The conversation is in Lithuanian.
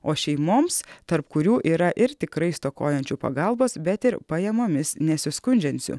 o šeimoms tarp kurių yra ir tikrai stokojančių pagalbos bet ir pajamomis nesiskundžiančių